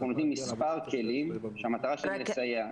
אנחנו נותנים מספר כלים שהמטרה שלהם לסייע.